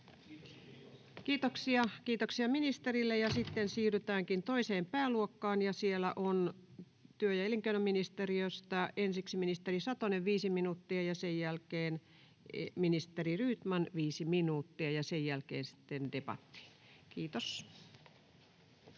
Kiitoksia ministerille. — Sitten siirrytäänkin toiseen pääluokkaan. Siellä on työ- ja elinkeinoministeriöstä ensiksi ministeri Satonen, viisi minuuttia, ja sen jälkeen ministeri Rydman, viisi minuuttia, ja sen jälkeen sitten debattiin. [Speech